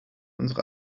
unsere